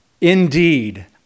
Indeed